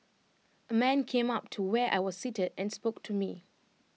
A man came up to where I was seated and spoke to me